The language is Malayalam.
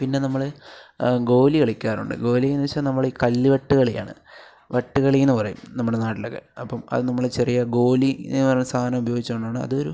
പിന്നെ നമ്മൾ ഗോലി കളിക്കാറുണ്ട് ഗോലീന്നെച്ചാ നമ്മൾ ഈ കല്ല് കെട്ട് കളിയാണ് വട്ട് കളി എന്ന് പറയും നമ്മുടെ നാട്ടിലൊക്കെ അപ്പം അത് നമ്മൾ ചെറിയ ഗോലി എന്ന് പറഞ്ഞ സാധനം ഉപയോഗിച്ചു കൊണ്ടാണ് അതൊരു